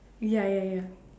ya ya ya